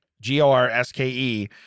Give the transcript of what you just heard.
G-O-R-S-K-E